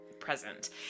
present